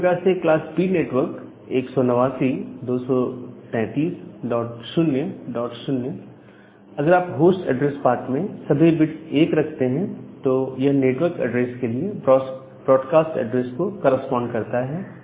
उसी प्रकार से क्लास B नेटवर्क 189 23300 अगर आप होस्ट ऐड्रेस पार्ट में सभी बिट्स 1 रखते हैं तो यह नेटवर्क के लिए ब्रॉडकास्ट एड्रेस को करेस्पॉन्ड करता है